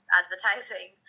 advertising